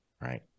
right